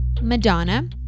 Madonna